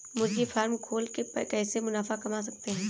मुर्गी फार्म खोल के कैसे मुनाफा कमा सकते हैं?